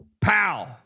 pow